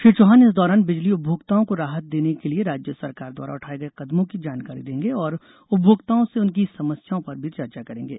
श्री चौहान इस दौरान बिजली उपभोक्ताओं को राहत देने के लिए राज्य सरकार द्वारा उठाये गये कदमों की जानकारी देंगे और उपभोक्ताओं से उनकी समस्याओं पर भी चर्चा करेंगे